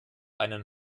einen